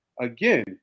Again